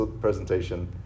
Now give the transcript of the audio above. presentation